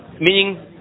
Meaning